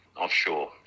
offshore